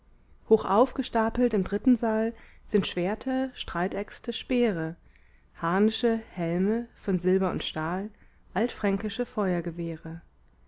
schlafen hochaufgestapelt im dritten saal sind schwerter streitäxte speere harnische helme von silber und stahl altfränkische